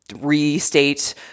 restate